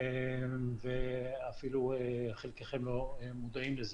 ואפילו חלקכם אפילו לא מודעים לזה.